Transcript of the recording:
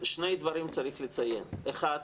שני דברים צריך לציין, אחת,